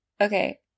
Okay